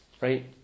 right